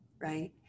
right